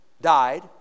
died